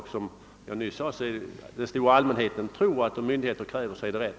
Och som jag nyss sade tror den stora allmänheten att om myndigheter kräver, så är det rätt.